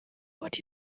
what